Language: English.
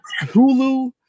Hulu